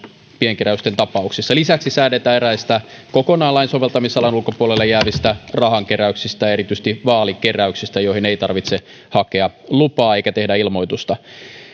pienkeräysten tapauksissa lisäksi säädetään eräistä kokonaan lain soveltamisalan ulkopuolelle jäävistä rahankeräyksistä erityisesti vaalikeräyksistä joihin ei tarvitse hakea lupaa eikä tehdä ilmoitusta